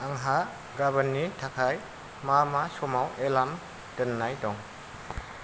आंहा गाबोननि थाखाय मा मा समाव एलार्म दोननाय दं